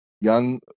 young